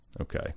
okay